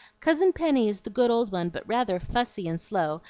cousin penny is the good old one, but rather fussy and slow,